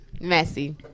messy